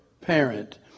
parent